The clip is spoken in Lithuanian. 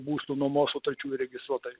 būstų nuomos sutarčių įregistruota